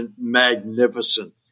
magnificent